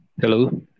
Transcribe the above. Hello